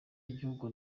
y’igihugu